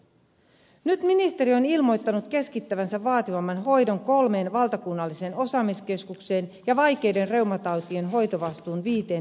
nyt ministeriö on ilmoittanut keskittävänsä vaativamman hoidon kolmeen valtakunnalliseen osaamiskeskukseen ja vaikeiden reumatautien hoitovastuun viiteen yliopistosairaalaan